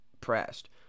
pressed